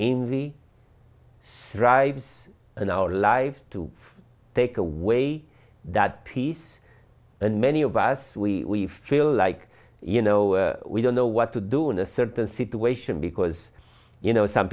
envy strives and our lives to take away that peace and many of us we feel like you know we don't know what to do in a certain situation because you know some